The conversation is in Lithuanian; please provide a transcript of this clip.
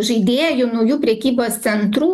žaidėjų naujų prekybos centrų